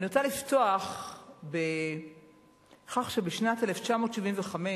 אני רוצה לפתוח בכך שבשנת 1975,